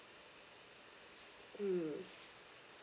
mm